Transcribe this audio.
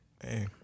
Hey